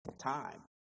time